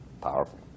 Powerful